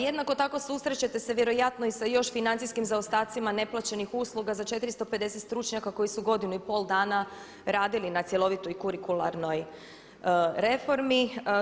Jednako tako susrest ćete se vjerojatno i sa još financijskim zaostacima neplaćenih usluga za 450 stručnjaka koji su godinu i pol dana radili na cjelovitoj i kurikularnoj reformi.